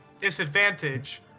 disadvantage